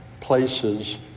places